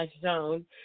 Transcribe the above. zone